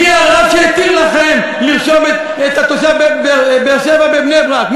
מי הרב שהתיר לכם לרשום תושב באר-שבע בבני-ברק?